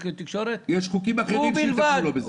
יש חוקים אחרים שיטפלו בזה.